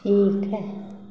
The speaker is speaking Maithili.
ठीक हइ